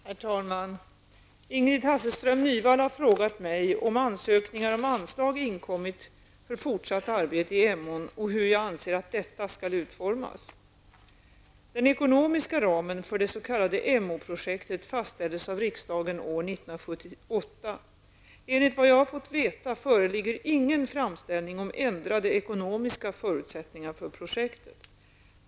Herr talman! Ingrid Hasselström Nyvall har frågat mig om ansökningar om anslag inkommit för fortsatt arbete i Emån, och hur jag anser att detta skall utformas. Den ekonomiska ramen för det s.k. Emåprojektet fastställdes av riksdagen år 1978. Enligt vad jag har fått veta föreligger ingen framställning om ändrade ekonomiska förutsättningar för projektet.